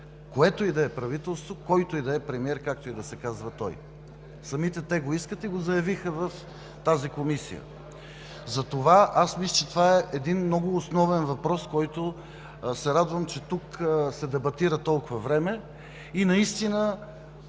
което и да е правителство, който и да е премиер, както и да се казва той. Самите те го искат и го заявиха в тази комисия. Мисля, че това е един основен въпрос, който се радвам, че тук се дебатира толкова време. И наистина